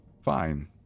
Fine